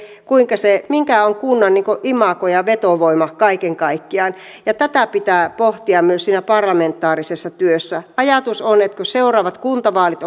mikä on kunnan imago ja vetovoima kaiken kaikkiaan tätä pitää pohtia myös siinä parlamentaarisessa työssä ajatus on että kun seuraavat kuntavaalit